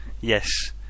Yes